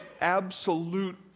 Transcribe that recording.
absolute